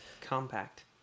Compact